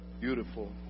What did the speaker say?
Beautiful